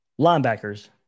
linebackers